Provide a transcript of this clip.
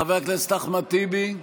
חבר הכנסת אחמד טיבי,